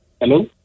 Hello